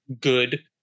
good